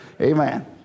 amen